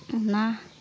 ᱚᱱᱟ